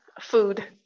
food